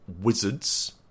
Wizards